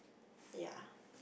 ya